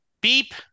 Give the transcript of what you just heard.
Beep